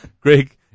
Greg